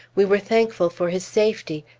we were thankful for his safety,